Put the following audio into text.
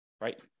right